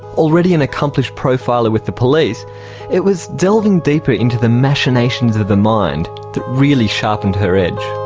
already an accomplished profiler with the police it was delving deeper into the machinations of the mind that really sharpened her edge.